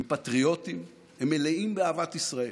הם פטריוטים, הם מלאים באהבת ישראל,